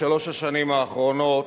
לשלוש השנים האחרונות,